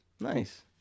Nice